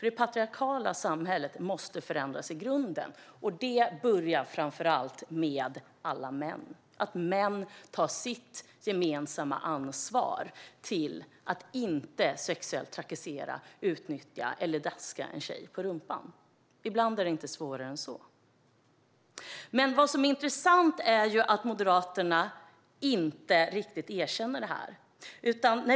Det patriarkala samhället måste förändras i grunden, och det börjar framför allt med alla män - att män tar sitt gemensamma ansvar för att inte sexuellt trakassera eller utnyttja kvinnor eller daska en tjej på rumpan. Ibland är det inte svårare än så. Men det är intressant att Moderaterna inte riktigt erkänner detta.